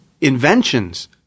inventions